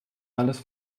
alles